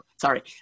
sorry